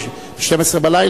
ב-24:00,